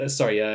sorry